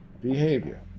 behavior